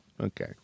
Okay